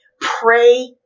Pray